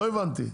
לא הבנתי.